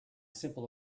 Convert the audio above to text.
simple